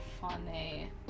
Funny